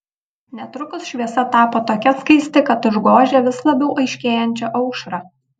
netrukus šviesa tapo tokia skaisti kad užgožė vis labiau aiškėjančią aušrą